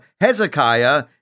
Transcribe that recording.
Hezekiah